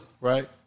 Right